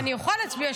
אני אוכל להצביע.